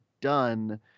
done